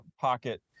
pocket